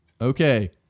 Okay